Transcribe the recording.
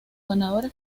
ganadores